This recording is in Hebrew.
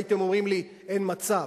הייתם אומרים לי: אין מצב.